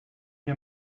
mir